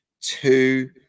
two